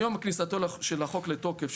מיום כניסתו של החוק לתוקף,